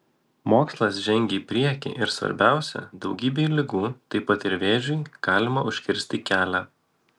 mokslas žengia į priekį ir svarbiausia daugybei ligų taip pat ir vėžiui galima užkirsti kelią